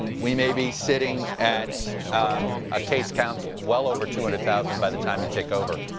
um we may be sitting at um ah case counts well over two hundred thousand by the time you take over